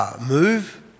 move